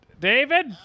David